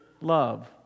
love